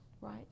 right